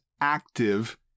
active